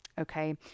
okay